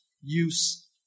use